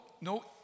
no